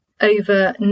Over